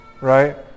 right